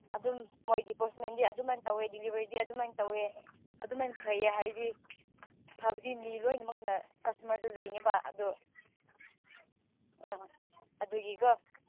ꯑꯗꯨꯝ ꯃꯣꯏꯒꯤ ꯄꯣꯁꯃꯦꯟꯗꯤ ꯑꯗꯨꯃꯥꯏꯅ ꯇꯧꯋꯦ ꯗꯤꯂꯤꯚꯔꯤꯗꯤ ꯑꯗꯨꯃꯥꯏ ꯇꯧꯋꯦ ꯑꯗꯨꯃꯥꯏꯅ ꯐꯩꯌꯦ ꯍꯥꯏꯗꯤ ꯐꯕꯗꯤ ꯃꯤ ꯂꯣꯏꯅꯃꯛꯅ ꯀꯁꯇꯃꯔꯁꯨ ꯂꯩꯅꯦꯕ ꯑꯗꯨ ꯑꯥ ꯑꯥ ꯑꯗꯨꯒꯤꯀꯣ